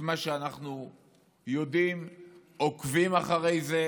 מה שאנחנו יודעים ועוקבים אחריו,